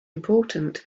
important